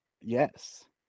Yes